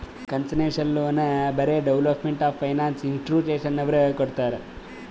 concessional loan ಬರೇ development of finance ಇನ್ಸ್ಟಿಟ್ಯೂಷನದವ್ರು ಕೊಡ್ತಾರ್